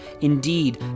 Indeed